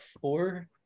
four